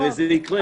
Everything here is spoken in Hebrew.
זה יקרה.